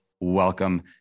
Welcome